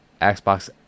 Xbox